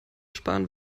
sparen